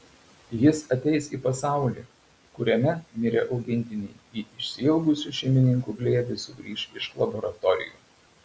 jis ateis į pasaulį kuriame mirę augintiniai į išsiilgusių šeimininkų glėbį sugrįš iš laboratorijų